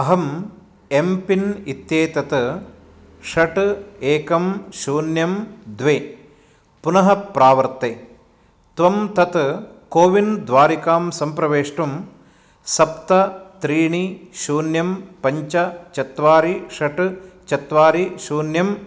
अहम् M PIN इत्येतत् षट् एकम् शून्यम् द्वे पुनः प्रावर्ते त्वं तत् कोविन् द्वारिकां सम्प्रवेष्टुं सप्त त्रीणि शून्यम् पञ्च चत्वारि षट् चत्वारि शून्यम्